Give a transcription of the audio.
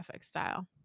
style